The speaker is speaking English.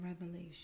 revelation